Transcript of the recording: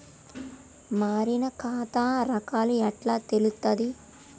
మారిన ఖాతా రకాలు ఎట్లా తెలుత్తది?